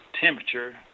temperature